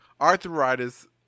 arthritis